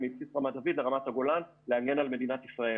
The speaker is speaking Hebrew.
מבסיס רמת דוד לרמת הגולן להגן על מדינת ישראל.